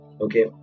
Okay